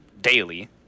daily